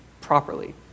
properly